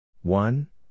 one